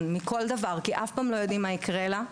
מכל דבר כי אף פעם לא יודעים מה יקרה לה.